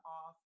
off